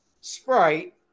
Sprite